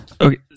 Okay